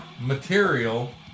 material